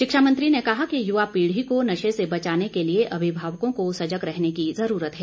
शिक्षा मंत्री ने कहा कि युवा पीढ़ि को नशे से बचाने के लिए अभिभावकों को सजग रहने की जरूरत है